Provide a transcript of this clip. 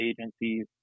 agencies